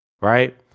right